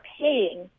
paying